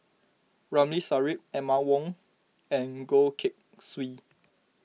Ramli Sarip Emma Yong and Goh Keng Swee